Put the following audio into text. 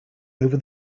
over